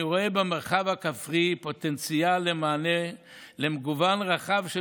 אני רואה במרחב הכפרי פוטנציאל למענה למגוון רחב של